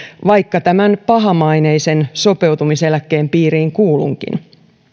vaikka tämän pahamaineisen sopeutumiseläkkeen piiriin kuulunkin